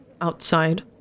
outside